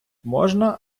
можна